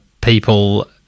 people